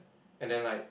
and then like